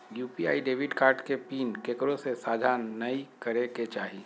UPI debit card के PIN केकरो से साझा नइ करे के चाही